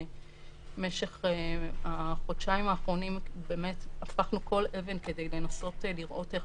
משך החודשיים האחרונים באמת הפכנו כל אבן כדי לנסות לראות איך